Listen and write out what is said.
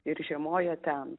ir žiemoja ten